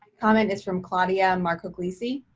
comment is from claudia marcogliese.